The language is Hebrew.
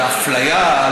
זו אפליה,